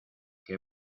que